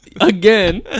again